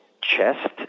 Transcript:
CHEST